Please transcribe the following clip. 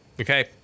Okay